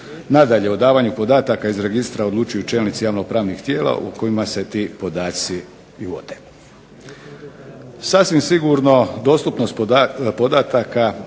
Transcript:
Nadalje, o davanju podataka iz registra odlučuju čelnici javno-pravnih tijela u kojima se ti podaci i vode.